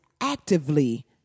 actively